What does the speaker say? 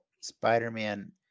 spider-man